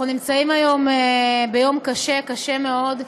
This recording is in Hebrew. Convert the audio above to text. אנחנו נמצאים ביום קשה, קשה מאוד,